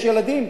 יש ילדים,